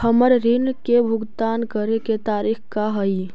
हमर ऋण के भुगतान करे के तारीख का हई?